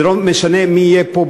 ולא משנה מי יהיה פה,